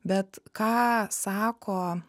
bet ką sako